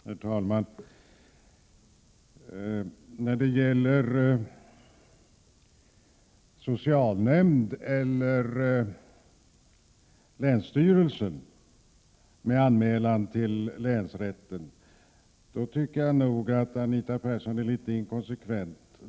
Herr talman! När det gäller frågan om det är socialnämnd eller länsstyrelse som skall göra anmälan till länsrätten, tycker jag nog att Anita Persson är litet inkonsekvent.